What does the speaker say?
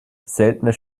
seltener